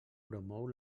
promou